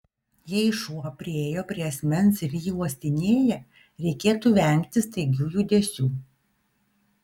jei šuo priėjo prie asmens ir jį uostinėja reikėtų vengti staigių judesių